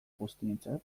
guztientzat